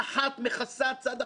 אני סומך עליכם,